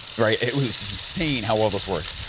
right, it was insane how well this worked.